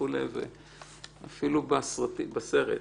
אפילו בסרט.